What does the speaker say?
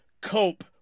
cope